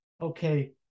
okay